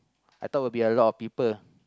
I thought will be a lot of people